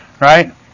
Right